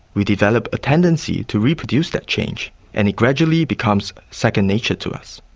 we develop a tendency to reproduce that change and it gradually becomes second nature to us.